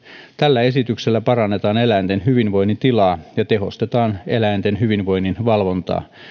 tällä esityksellä parannetaan eläinten hyvinvoinnin tilaa ja tehostetaan eläinten hyvinvoinnin valvontaa